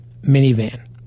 minivan